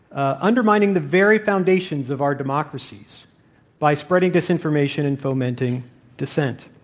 ah undermining the very foundations of our democracies by spreading disinformation and fomenting dissent.